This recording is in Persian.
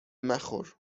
مخور